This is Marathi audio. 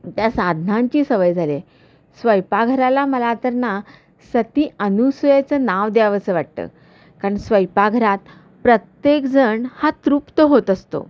त्या साधनांची सवय झाली आहे स्वयंपाकघराला मला तर ना सती अनुसुयेचं नाव द्यावंसं वाटतं कारण स्वयंपाकघरात प्रत्येकजण हा तृप्त होत असतो